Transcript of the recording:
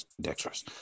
dexterous